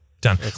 done